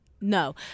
No